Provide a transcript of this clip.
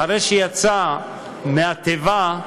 אחרי שיצא מהתיבה,